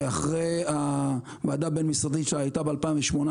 אחרי הוועדה הבין-משרדית שהייתה ב-2018,